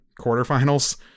quarterfinals